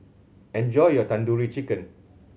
enjoy your Tandoori Chicken